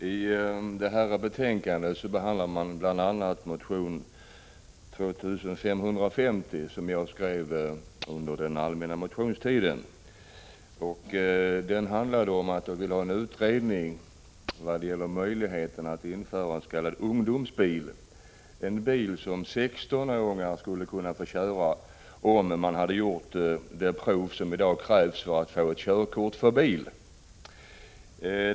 Herr talman! I detta betänkande behandlas bl.a. motion 1984/85:2550, som jag skrev under den allmänna motionstiden. Jag ville med den motionen få en utredning om möjligheten att skapa en s.k. ungdomsbil, dvs. en bil som 16-åringar skulle kunna få köra om de genomgått de prov som i dag krävs för körkort för bil.